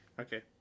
Okay